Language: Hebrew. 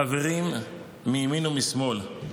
חברים מימין ומשמאל,